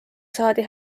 saadi